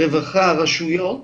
רווחה, רשויות,